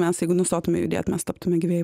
mes jeigu nustotume judėt mes taptume gyvieji